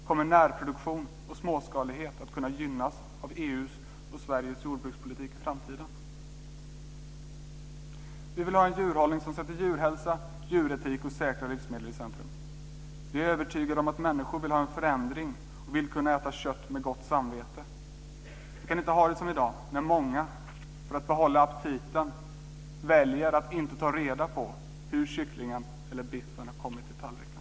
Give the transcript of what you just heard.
Kommer närproduktion och småskalighet att kunna gynnas av EU:s och Sveriges jordbrukspolitik i framtiden? Vi vill ha en djurhållning som sätter djurhälsa, djuretik och säkra livsmedel i centrum. Vi är övertygade om att människor vill ha en förändring och vill kunna äta kött med gott samvete. Vi kan inte ha det som i dag, när många för att behålla aptiten väljer att inte ta reda på hur kycklingen eller biffen har kommit till tallrikarna.